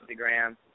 Instagram